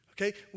okay